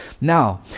Now